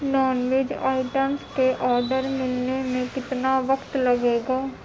naan veg items کے order ملنے میں کتنا وقت لگے گا